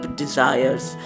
desires